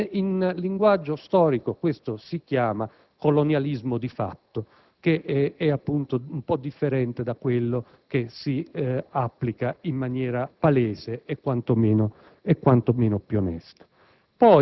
In linguaggio storico questo si chiama colonialismo di fatto, che è solo un po' differente da quello che si applica in maniera palese e quantomeno più onesta.